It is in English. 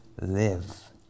live